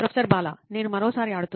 professor Bala నేను మరోసారి ఆడుతున్నాను